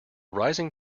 rising